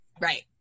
right